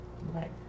right